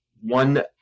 one